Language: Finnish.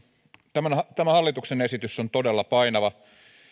tämä tämä hallituksen esitys on todella painava